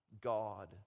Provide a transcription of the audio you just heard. God